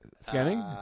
Scanning